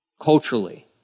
Culturally